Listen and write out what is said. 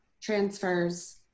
transfers